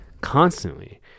constantly